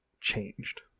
changed